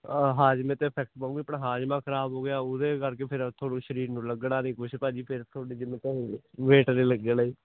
ਹਾਜਮੇ 'ਤੇ ਫੈਕਟ ਪਾਉਗੀ ਆਪਣਾ ਹਾਜਮਾ ਖ਼ਰਾਬ ਹੋ ਗਿਆ ਉਹਦੇ ਕਰਕੇ ਫਿਰ ਤੁਹਾਨੂੰ ਸ਼ਰੀਰ ਨੂੰ ਲੱਗਣਾ ਨਹੀਂ ਕੁਛ ਭਾਜੀ ਫਿਰ ਤੁਹਾਡੀ ਜਿੰਮ ਕਹੋਗੇ ਵੇਟ ਨੇ ਲੱਗਣਾ ਜੀ